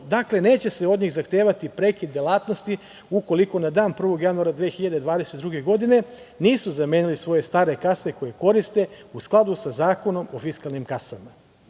Dakle, neće se od njih zahtevati prekid delatnosti ukoliko na dan 1. januara 2022. godine nisu zamenili svoje stare kase koje koriste u skladu sa Zakonom o fiskalnim kasama. Ovo